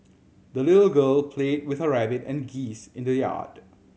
the little girl played with her rabbit and geese in the yard